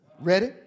Ready